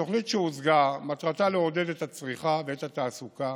התוכנית שהוצגה מטרתה לעודד את הצריכה ואת התעסוקה